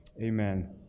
amen